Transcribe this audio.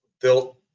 built